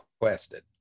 requested